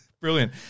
Brilliant